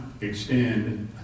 extend